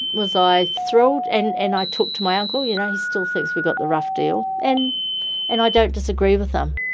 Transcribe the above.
was i thrilled? and and i talked to my uncle. you and still thinks we got the rough deal. and and i don't disagree with him.